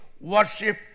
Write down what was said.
worship